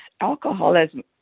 alcoholism